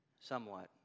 somewhat